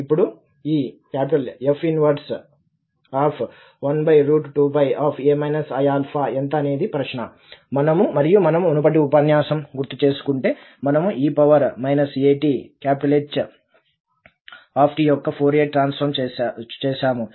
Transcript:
ఇప్పుడు ఈ F 1 12a iα ఎంత అనేది ప్రశ్న మరియు మనము మునుపటి ఉపన్యాసం గుర్తుచేసుకుంటే మనము e atH యొక్క ఫోరియర్ ట్రాన్సఫార్మ్ చేశాము